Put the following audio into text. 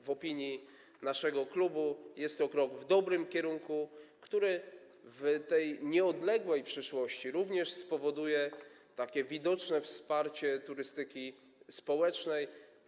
W opinii naszego klubu jest to krok w dobrym kierunku, który w tej nieodległej przyszłości również spowoduje takie widoczne wsparcie turystyki społecznej.